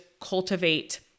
cultivate